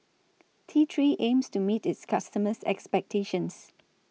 T three aims to meet its customers' expectations